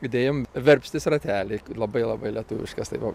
judėjom verpstės ratelį labai labai lietuviškas tai vo